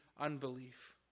unbelief